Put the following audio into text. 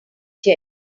jet